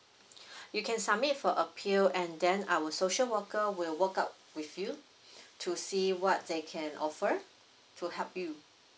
you can submit for appeal and then our social worker will work out with you to see what they can offer to help you